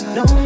no